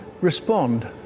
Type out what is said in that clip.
respond